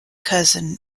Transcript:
cousin